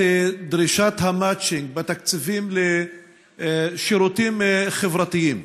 דרישת המצ'ינג בתקציבים לשירותים חברתיים,